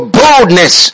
boldness